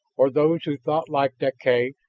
or those who thought like deklay,